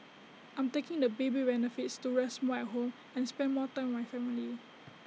I'm taking the baby benefits to rest more at home and spend more time with my family